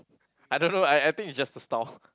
I don't know I I think is just a style